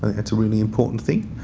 that's a really important thing.